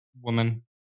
Woman